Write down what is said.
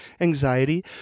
anxiety